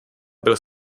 byl